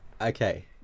Okay